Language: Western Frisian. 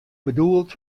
bedoeld